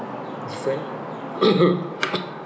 different